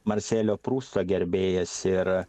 marselio prusto gerbėjas ir